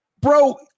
bro